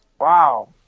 wow